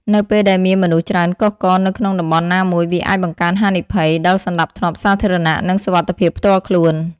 នៅពេលដែលមានមនុស្សច្រើនកុះករនៅក្នុងតំបន់ណាមួយ វាអាច បង្កើនហានិភ័យ ដល់សណ្តាប់ធ្នាប់សាធារណៈ និងសុវត្ថិភាពផ្ទាល់ខ្លួន។